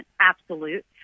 absolute